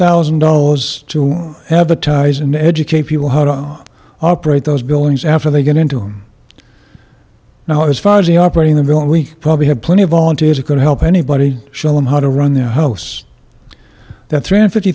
thousand dollars to advertise and educate people how to operate those buildings after they get into him now as far as the operating the billing we probably have plenty of volunteers it could help anybody show them how to run their hosts that ran fifty